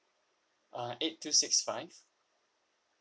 uh eight two six five